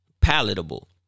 palatable